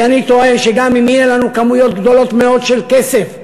כי אני טוען שגם אם יהיו לנו כמויות גדולות מאוד של כסף,